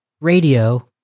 radio